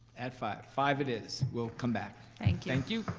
at five, five it is. we'll come back. thank thank you.